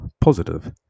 positive